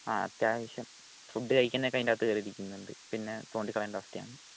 ആ അത്യാവശ്യം ഫുഡ് കഴിക്കുന്നതൊക്കെ അതിന്റെ അകത്ത് കയറിയിരിക്കുന്നുണ്ട് പിന്നെ തോണ്ടി കളയേണ്ട അവസ്ഥയാണ്